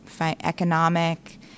economic